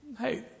Hey